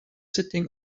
sitting